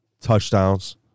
touchdowns